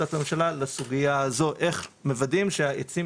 החלטת הממשלה לסוגיה הזו איך מוודאים שהעצים